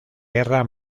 guerra